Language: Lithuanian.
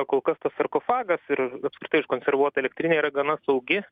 kol kas tas sarkofagas ir apskritai užkonservuota elektrinė yra gana saugi